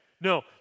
No